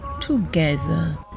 together